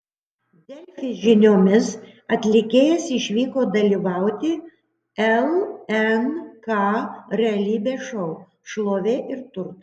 delfi žiniomis atlikėjas išvyko dalyvauti lnk realybės šou šlovė ir turtai